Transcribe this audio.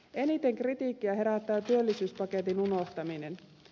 eniten kritiikkiä herättää työllisyyspaketin unohtaminen